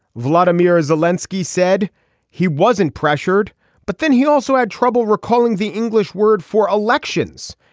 vladimir is the lenski said he wasn't pressured but then he also had trouble recalling the english word for elections.